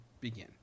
begin